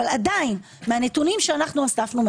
אבל עדיין מהנתונים שאספנו,